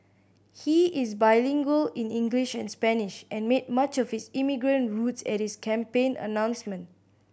he is bilingual in English and Spanish and made much of his immigrant roots at his campaign announcement